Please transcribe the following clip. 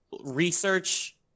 research